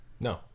No